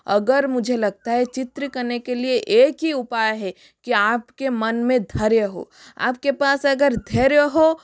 अगर मुझे लगता है चित्र करने के लिए एक ही उपाय है की आपके मन में धैर्य हो आपके पास अगर धैर्य हो